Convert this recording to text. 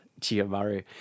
Chiyomaru